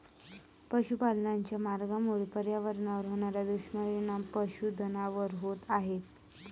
पशुपालनाच्या मार्गामुळे पर्यावरणावर होणारे दुष्परिणाम पशुधनावर होत आहेत